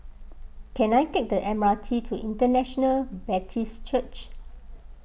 can I take the M R T to International Baptist Church